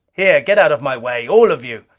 here, get out of my way! all of you!